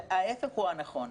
ההפך הוא הנכון.